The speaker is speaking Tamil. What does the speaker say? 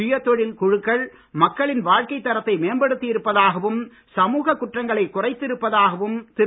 சுய உதவிக் குழுக்கள் மக்களின் வாழ்க்கை தரத்தை மேம்படுத்தி இருப்பதாகவும் சமூக குற்றங்களை குறைத்திருப்பதாகவும் திரு